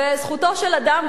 זכותו של אדם,